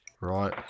Right